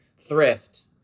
thrift